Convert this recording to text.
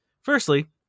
Firstly